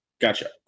gotcha